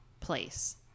place